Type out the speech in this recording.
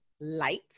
light